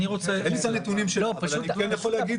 אין לי את הנתונים, אבל אני כן יכול להגיד